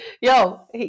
yo